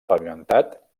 pavimentat